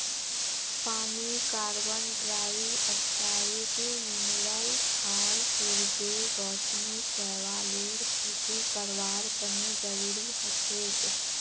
पानी carbon dioxide mineral आर सूरजेर रोशनी शैवालेर खेती करवार तने जरुरी हछेक